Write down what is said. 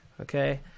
okay